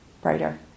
brighter